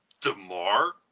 Demar